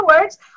words